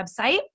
website